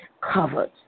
covered